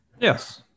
Yes